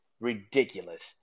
ridiculous